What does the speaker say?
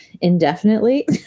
indefinitely